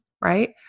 right